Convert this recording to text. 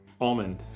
Almond